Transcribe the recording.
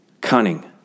Cunning